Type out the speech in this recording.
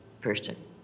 person